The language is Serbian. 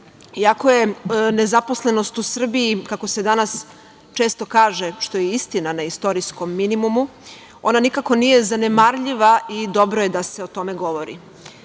Iako je nezaposlenost u Srbiji, kako se danas često kaže, što je istina, na istorijskom minimumu, ona nikako nije zanemarljiva i dobro je da se o tome govori. Ono